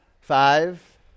Five